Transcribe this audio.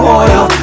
oil